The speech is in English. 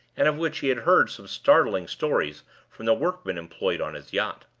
and of which he had heard some startling stories from the workmen employed on his yacht.